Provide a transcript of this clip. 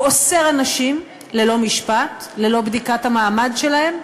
הוא אוסר אנשים ללא משפט, ללא בדיקת המעמד שלהם,